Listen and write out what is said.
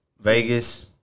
Vegas